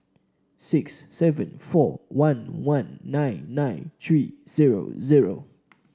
six seven four one one nine nine three zero zero